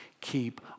Keep